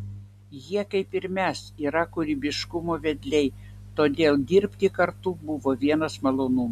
jie kaip ir mes yra kūrybiškumo vedliai todėl dirbti kartu buvo vienas malonumas